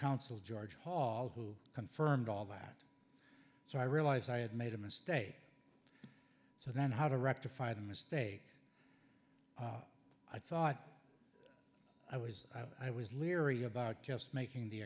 council george hall who confirmed all that so i realize i had made a mistake so then how to rectify the mistake i thought i was i was leery about just making the